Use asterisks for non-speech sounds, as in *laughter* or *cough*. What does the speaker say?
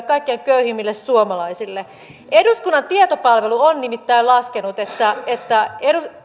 *unintelligible* kaikkein köyhimmille suomalaisille eduskunnan tietopalvelu on nimittäin laskenut että että